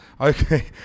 Okay